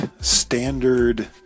standard